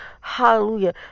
Hallelujah